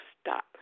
stop